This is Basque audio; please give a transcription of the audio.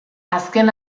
azken